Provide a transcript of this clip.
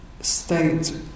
state